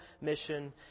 mission